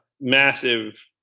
massive